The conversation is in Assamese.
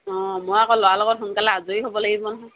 অঁ মই আকৌ ল'ৰা লগত সোনকালে আজৰি হ'ব লাগিব নহয়